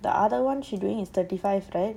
the other one she doing is thirty five right